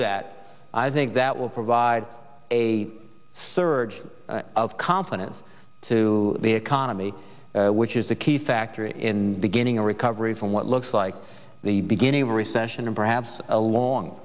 that i think that will provide a surge of confidence to the economy which is a key factor in beginning a recovery from what looks like the beginning of a recession or perhaps a long